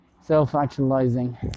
self-actualizing